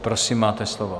Prosím, máte slovo.